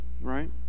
right